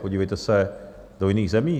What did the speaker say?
Podívejte se do jiných zemí.